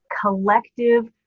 collective